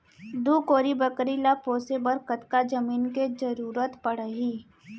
दू कोरी बकरी ला पोसे बर कतका जमीन के जरूरत पढही?